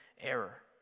error